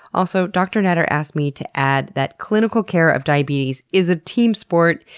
also, dr. natter asked me to add that clinical care of diabetes is a team sport.